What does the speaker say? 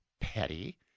petty